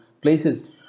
places